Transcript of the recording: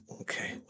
Okay